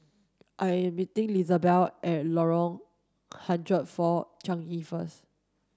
I am meeting Lizabeth at Lorong hundred four Changi first